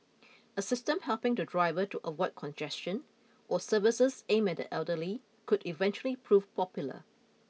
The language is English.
a system helping the driver to avoid congestion or services aimed at the elderly could eventually prove popular